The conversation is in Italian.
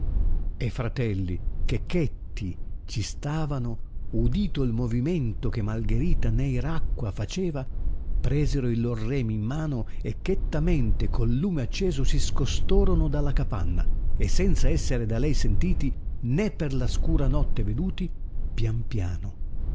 e fratelli che chetti ci stavano udito il movimento che malgherita neir acqua faceva presero i lor remi in mano e chettamente col lume acceso si scostorono dalla capanna e senza esser da lei sentiti né per la scura notte veduti pian piano